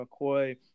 McCoy –